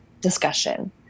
discussion